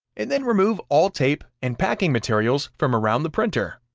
and then remove all tape and packing materials from around the printer.